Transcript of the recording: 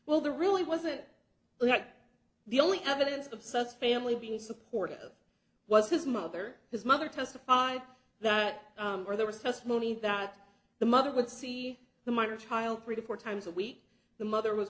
well there really wasn't the only evidence of such family being supportive was his mother his mother testified that where there was testimony that the mother would see the minor child pretty four times a week the mother was